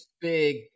big